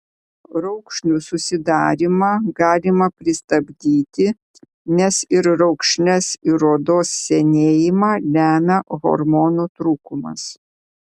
raukšlių susidarymą galima pristabdyti nes ir raukšles ir odos senėjimą lemia hormonų trūkumas